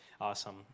Awesome